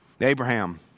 Abraham